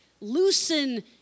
loosen